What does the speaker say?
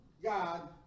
God